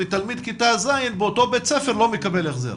ותלמיד כיתה ז' באותו בית ספר לא מקבל החזר.